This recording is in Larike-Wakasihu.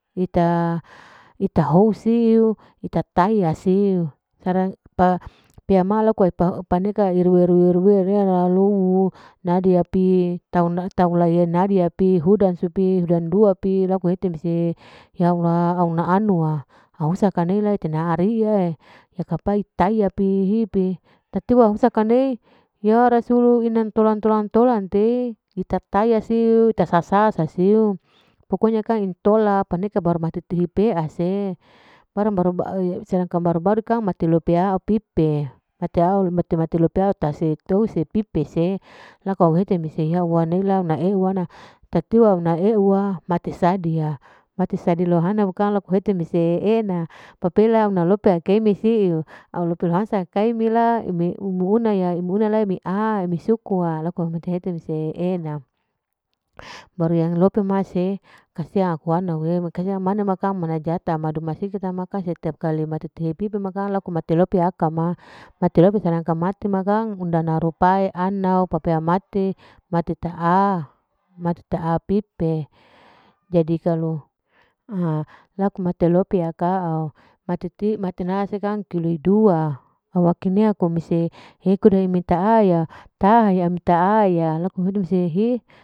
Ita hou siu ita taya siu sarang peama laku opa neka irui irui irui irui, nadia pi, taunla nadia pi, hudan supi, hudan dua pi, laku hete mese ya allah amuna anuwa hausa kane lai naariya'e, eka pai taiya pi hipi hausa kane, ya rasullu tolan-tolan te ita taiaya siu, ita sasa sasaiu, pokonya kang intola paneka baru mati hipea se, barang baru-baru baru-baru kang mati lope au pipe, mati au mati-mati lop au touse, touse pipe se laku au hete mese yawwa nela aw euana, ta tiwa una e'ewa mati sa dia, mati sadia lohan abukang mati sadi e'ena, auna lope auka nasiu au lope lohansa kaimila umi-umu-una ya umi una ya la mia, imi sukuwa imi hete mete e'ena, baru lope yang se kasiang akuana'e, makanya mana makang mana jata ma duma sikitama kang setiap kali matuti hipepe ma kang laku mate lope pea kama, mate lope sedangkan mati makang undana rupae anau papea mati, mati ta'a, mati ta'au pipe jadi kalu ha laku mati lope akau, ma tina sekang kilo dua, awakenea kumise hekude amita'aya taha'e amita'aya laku mehete mese hi.